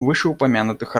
вышеупомянутых